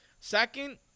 Second